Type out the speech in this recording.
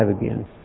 again